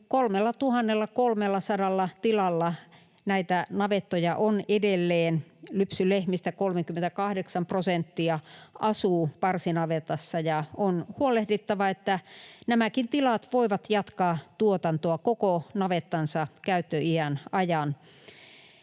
3 300 tilalla näitä navettoja on edelleen. Lypsylehmistä 38 prosenttia asuu parsinavetassa, ja on huolehdittava, että nämäkin tilat voivat jatkaa tuotantoa koko navettansa käyttöiän ajan.